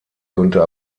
konnte